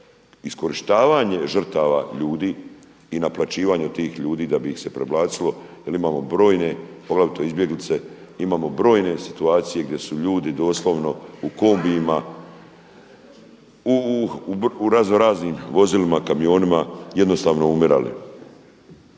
iskorištavanje žrtava ljudi i naplaćivanje tih ljudi da bi ih se prebacilo jer imamo brojne poglavito izbjeglice, imamo brojne situacije gdje su ljudi doslovno u kombijima u razno raznim vozilima, kamionima jednostavno umirali